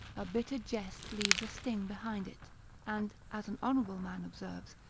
a bitter jest leaves a sting behind it and as an honourable man observes,